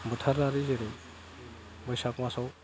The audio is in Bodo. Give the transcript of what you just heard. बोथोरारि जेरै बैसाग मासाव